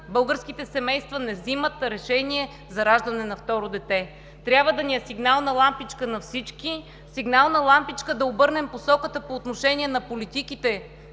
българските семейства не взимат решение за раждане на второ дете. Трябва да е сигнална лампичка на всички, сигнална лампичка да обърнем посоката по отношение на политиките